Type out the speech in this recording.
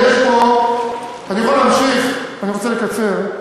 אני יכול להמשיך, אני רוצה לקצר.